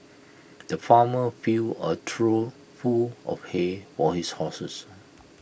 the farmer filled A trough full of hay for his horses